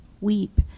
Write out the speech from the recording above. weep